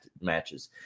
matches